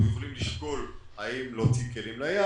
אנחנו יכולים לשקול האם להוציא כלים לים.